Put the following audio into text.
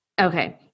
Okay